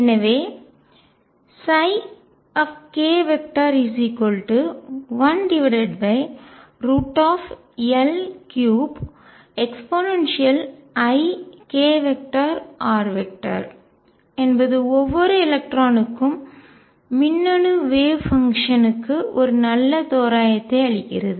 எனவே k1L3 eikr என்பது ஒவ்வொரு எலக்ட்ரானுக்கும் மின்னணு வேவ் பங்ஷன் அலை செயல்பாடு ன்னுக்கு ஒரு நல்ல தோராயத்தை அளிக்கிறது